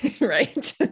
Right